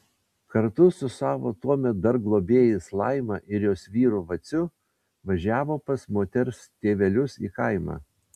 kartu su savo tuomet dar globėjais laima ir jos vyru vaciu važiavo pas moters tėvelius į kaimą